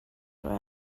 your